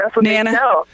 Nana